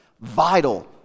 Vital